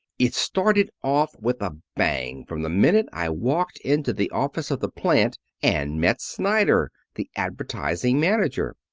it started off with a bang from the minute i walked into the office of the plant and met snyder, the advertising manager.